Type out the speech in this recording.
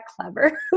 clever